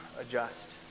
adjust